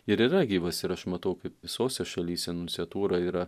ir yra gyvas ir aš matau kaip visose šalyse nunciatūra yra